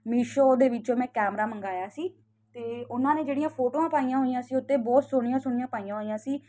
ਮੀਸ਼ੋ ਦੇ ਵਿੱਚੋਂ ਮੈਂ ਕੈਮਰਾ ਮੰਗਾਇਆ ਸੀ ਤੇ ਉਹਨਾਂ ਨੇ ਜਿਹੜੀਆਂ ਫੋਟੋਆਂ ਪਾਈਆਂ ਹੋਈਆਂ ਸੀ ਉਤੇ ਬਹੁਤ ਸੋਹਣੀਆਂ ਸੋਹਣੀਆ ਪਾਈਆਂ ਹੋਈਆਂ ਸੀ